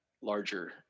larger